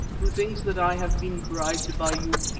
who thinks that i have been bribed by you.